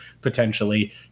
potentially